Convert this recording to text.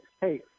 hey